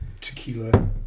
Tequila